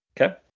Okay